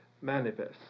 Manifest